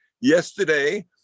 Yesterday